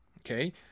Okay